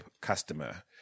customer